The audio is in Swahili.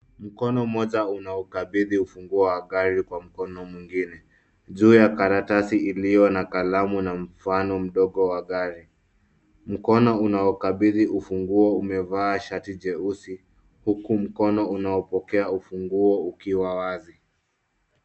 Mkono mmoja unaukabidhi ufunguo wa gari kwa mkono mwingine, juu ya karatasi iliyo na kalamu na mfano mdogo wa gari. Mkono unao ukabidhi ufunguo umevaa shati jeusi, huku mkono unaopokea ufunguo ukiwa wazi.